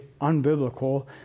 unbiblical